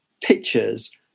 pictures